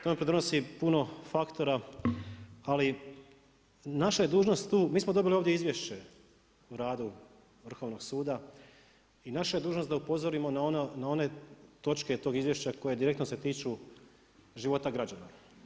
Tome pridonosi puno faktora ali naša je dužnost tu, mi smo dobili ovdje izvješće o radu Vrhovnog suda i naša je dužnost da upozorimo na one točke tog izvješća koje direktno se tiču života građana.